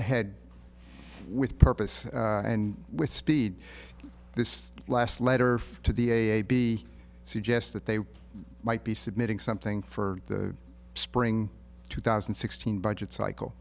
ahead with purpose and with speed this last letter to the a b suggest that they might be submitting something for the spring two thousand and sixteen budget cycle